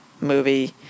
movie